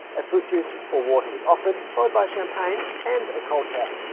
a fruit juice or water was offered, followed by champagne and a cold towel.